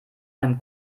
einem